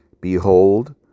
Behold